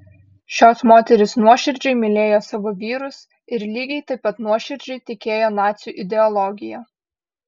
šios moterys nuoširdžiai mylėjo savo vyrus ir lygiai taip pat nuoširdžiai tikėjo nacių ideologija